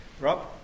Rob